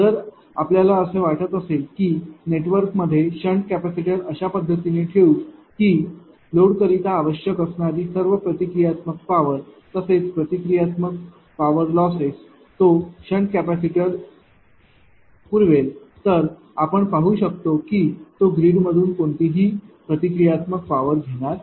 जर आपल्याला असे वाटत असेल की नेटवर्कमध्ये शंट कॅपेसिटर अशा पद्धतीने ठेवू की लोड करिता आवश्यक असणारी सर्व प्रतिक्रियात्मक पॉवर तसेच प्रतिक्रियात्मक पॉवर लॉसेस तो शंट कॅपेसिटर पुरवेल तर आपण पाहू शकतो की तो ग्रीडमधून कोणतीही प्रतिक्रियात्मक पॉवर घेणार नाही